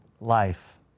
life